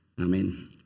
amen